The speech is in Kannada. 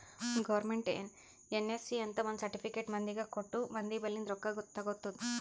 ಗೌರ್ಮೆಂಟ್ ಎನ್.ಎಸ್.ಸಿ ಅಂತ್ ಒಂದ್ ಸರ್ಟಿಫಿಕೇಟ್ ಮಂದಿಗ ಕೊಟ್ಟು ಮಂದಿ ಬಲ್ಲಿಂದ್ ರೊಕ್ಕಾ ತಗೊತ್ತುದ್